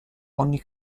ogni